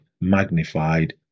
magnified